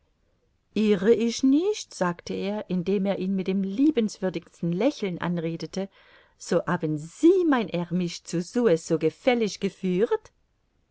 ich nicht sagte er indem er ihn mit dem liebenswürdigsten lächeln anredete so haben sie mein herr mich zu suez so gefällig geführt